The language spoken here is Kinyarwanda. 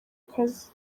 kazi